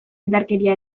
indarkeria